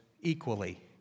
equally